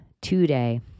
today